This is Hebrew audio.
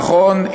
נכון,